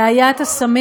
בעיית הסמים